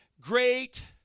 great